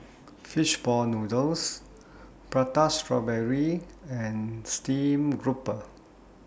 Fish Ball Noodles Prata Strawberry and Steamed Garoupa